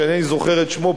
שאינני זוכר את שמו,